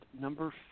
number